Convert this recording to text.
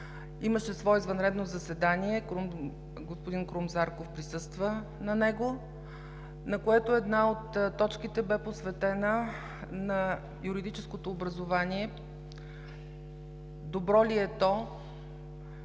имаше свое извънредно заседание, господин Крум Зарков присъства на него, на което една от точките бе посветена на юридическото образование – добро ли е то,